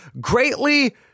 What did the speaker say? greatly